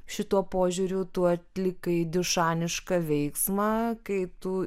šituo požiūriu tu atlikai dušanišką veiksmą kai tu